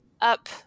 up